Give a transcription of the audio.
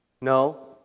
No